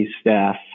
staff